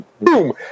Boom